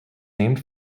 named